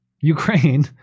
Ukraine